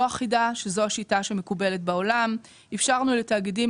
ניהלה מול עורכת המדדים הגדולה בעולם MSCI במטרה